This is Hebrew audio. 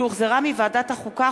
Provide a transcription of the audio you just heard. שהחזירה ועדת החוקה,